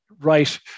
right